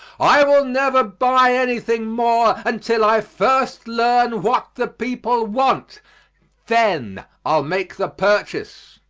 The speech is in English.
i will never buy anything more until i first learn what the people want then i'll make the purchase.